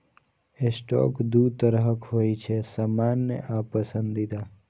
stock दू तरहक होइ छै, सामान्य आ पसंदीदा